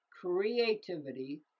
creativity